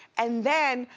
and then,